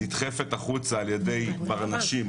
נדחפת החוצה על ידי ברנשים,